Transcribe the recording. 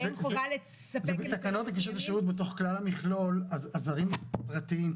שזה הנגשה בסיסית פלוס הנגשה פרטנית.